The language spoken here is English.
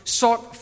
sought